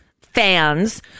fans